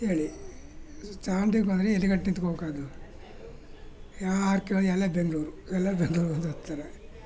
ಹೇಳಿ ಸ್ಟ್ಯಾಂಡಿಗು ಅಂದರೆ ಎಲ್ಲಿಗಂಟ ನಿಂತ್ಕೊಳ್ಬೇಕಾದ್ದು ಯಾರು ಕೇಳಿ ಎಲ್ಲ ಬೆಂಗಳೂರು ಎಲ್ಲ ಬೆಂಗ್ಳೂರಿಗಂತ ಹತ್ತಾರೆ